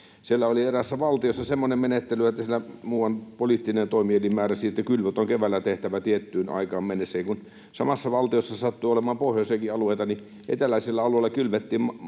aikanaan, eräässä valtiossa, semmoinen menettely, että siellä muuan poliittinen toimielin määräsi, että kylvöt on keväällä tehtävä tiettyyn aikaan mennessä, ja kun samassa valtiossa sattui olemaan pohjoisiakin alueita, niin eteläisellä alueella kylvettiin